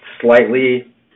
slightly